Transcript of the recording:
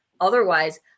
otherwise